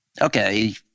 okay